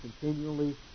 continually